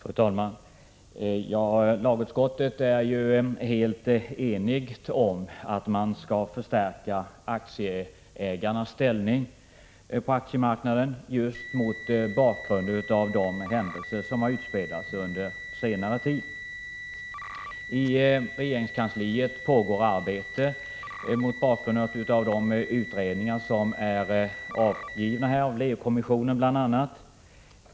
Fru talman! Lagutskottet är mot bakgrund av de händelser som har utspelats under senare tid helt enigt om att man skall förstärka aktieägarnas ställning på aktiemarknaden. I regeringskansliet pågår arbete med förslag avgivna av olika utredningar, bl.a. Leo-kommissionen.